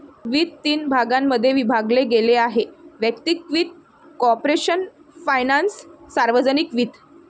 वित्त तीन भागांमध्ये विभागले गेले आहेः वैयक्तिक वित्त, कॉर्पोरेशन फायनान्स, सार्वजनिक वित्त